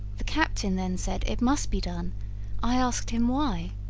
the captain then said it must be done i asked him why?